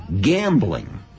Gambling